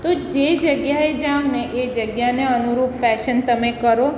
તો જે જગ્યાએ જાઓને એ જગ્યાને અનુરૂપ ફેશન તમે કરો